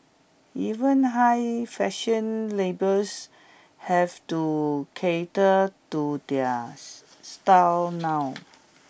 even high fashion labels have to cater to their style now